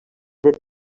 dret